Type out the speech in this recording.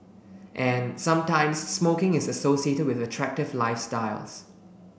and sometimes smoking is associated with attractive lifestyles